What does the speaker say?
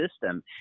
system